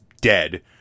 dead